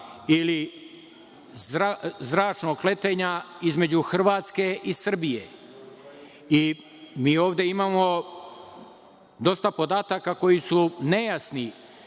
ili zračnog letenja između Hrvatske i Srbije i mi ovde imamo dosta podataka koji su nejasni